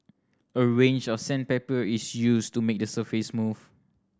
a range of sandpaper is used to make the surface smooth